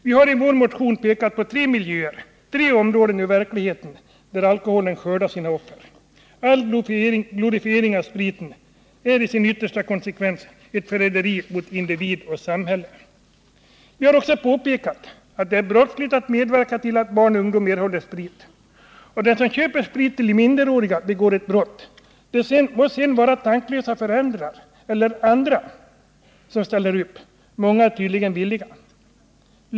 Vi har i vår motion pekat på tre miljöer, tre områden ur verkligheten, där alkoholen skördat sina offer. All glorifiering av spriten är i sin yttersta konsekvens ett förräderi mot individ och samhälle. Vi har också påpekat att det är brottsligt att medverka till att barn och ungdom erhåller sprit. Den som köper sprit till minderåriga begår ett brott, det må sedan vara tanklösa föräldrar eller andra som ställer upp. Många är tydligen villiga.